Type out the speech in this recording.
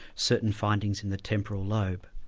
certain findings in the temporal lobe.